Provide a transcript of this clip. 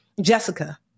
Jessica